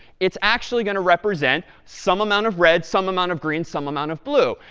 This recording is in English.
it's actually going to represent some amount of red, some amount of green, some amount of blue.